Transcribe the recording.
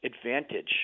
advantage